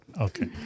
Okay